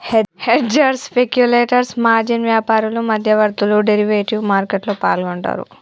hedgers, speculators, margin వ్యాపారులు, మధ్యవర్తులు derivative మార్కెట్లో పాల్గొంటరు